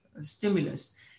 stimulus